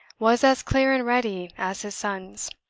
was as clear and ready as his son's.